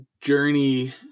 journey